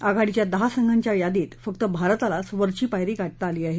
आघाडीच्या दहा संघांच्या यादीत फक्त भारतालाच वरची पायरी गाठता आली आहे